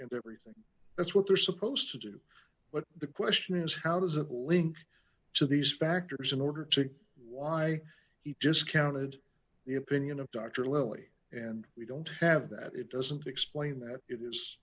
and everything that's what they're supposed to do but the question is how does a link to these factors in order to why you just counted the opinion of doctor lee and we don't have that it doesn't explain that it is